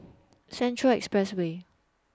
Central Expressway